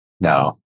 No